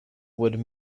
would